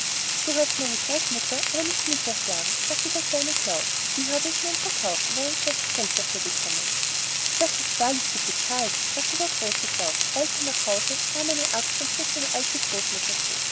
du hast meine großmutter aber nicht mich erschlagen sagte der kleine klaus die habe ich nun verkauft und einen scheffel geld dafür bekommen das ist wahrlich gut bezahlt sagte der große klaus eilte nach hause nahm eine axt und schlug seine alte großmutter tot